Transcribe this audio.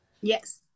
Yes